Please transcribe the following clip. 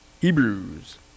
Hebrews